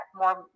more